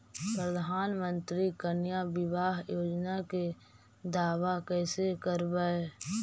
प्रधानमंत्री कन्या बिबाह योजना के दाबा कैसे करबै?